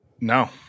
no